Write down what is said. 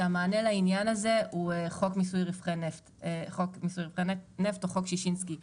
שהמענה לעניין הזה הוא חוק מיסוי רווחי נפט או חוק ששינסקי.